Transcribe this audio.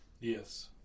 Yes